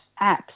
apps